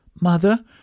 Mother